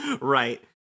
right